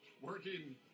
Working